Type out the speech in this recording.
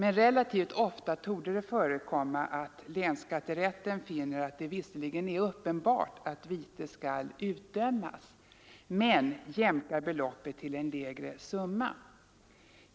Däremot kan det förekomma relativt ofta att länsskatterätten visserligen finner det uppenbart att vite skall utdömas men jämkar beloppet till en lägre summa.